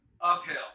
uphill